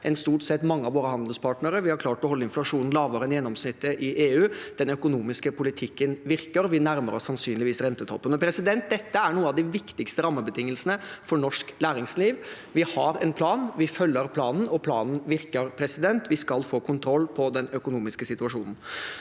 lavere enn mange av våre handelspartnere. Vi har klart å holde inflasjonen lavere enn gjennomsnittet i EU. Den økonomiske politikken virker, og vi nærmer oss sannsynligvis rentetoppen. Dette er noen av de viktigste rammebetingelsene for norsk næringsliv. Vi har en plan, vi følger planen, og planen virker. Vi skal få kontroll på den økonomiske situasjonen.